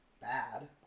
bad